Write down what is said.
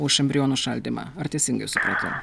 už embrionų šaldymą ar teisingai supratau